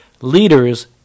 Leaders